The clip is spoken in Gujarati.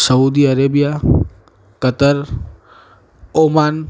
Saudi Arabia Qatar Oman